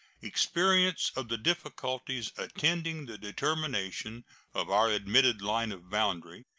experience of the difficulties attending the determination of our admitted line of boundary,